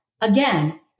Again